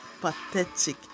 pathetic